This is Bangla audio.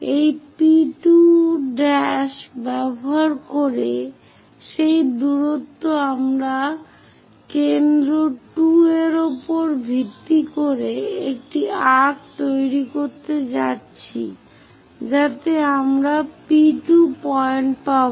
এই P2' ব্যবহার করে সেই দূরত্ব আমরা কেন্দ্র 2 এর উপর ভিত্তি করে একটি আর্ক্ তৈরি করতে যাচ্ছি যাতে আমরা P 2 পয়েন্ট পাব